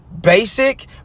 basic